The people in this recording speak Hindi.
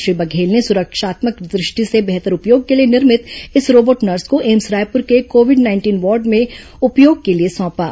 श्री बघेल ने सुरक्षात्मक दृष्टि से बेहतर उपयोग के लिए निर्मित इस रोबोट नर्स को एम्स रायपुर के कोविड नाइंटीन वार्ड में उपयोग के लिए सौंपा